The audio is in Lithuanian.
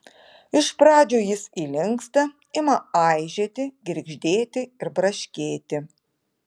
iš pradžių jis įlinksta ima aižėti girgždėti ir braškėti